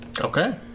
okay